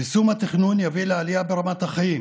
יישום התכנון יביא לעלייה ברמת החיים